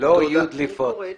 לא יהיו דליפות.